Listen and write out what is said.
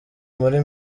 muri